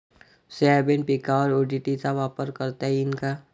Soybean पिकावर ODT चा वापर करता येईन का?